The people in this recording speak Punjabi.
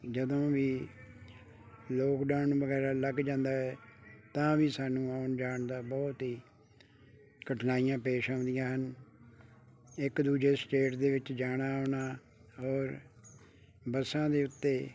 ਜਦੋਂ ਵੀ ਲੋਕਡੋਨ ਵਗੈਰਾ ਲੱਗ ਜਾਂਦਾ ਹੈ ਤਾਂ ਵੀ ਸਾਨੂੰ ਆਉਣ ਜਾਣ ਦਾ ਬਹੁਤ ਹੀ ਕਠਨਾਈਆਂ ਪੇਸ਼ ਆਉਂਦੀਆਂ ਹਨ ਇੱਕ ਦੂਜੇ ਸਟੇਟ ਦੇ ਵਿੱਚ ਜਾਣਾ ਆਉਣਾ ਔਰ ਬੱਸਾਂ ਦੇ ਉੱਤੇ